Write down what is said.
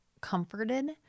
comforted